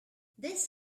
this